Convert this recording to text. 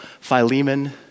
Philemon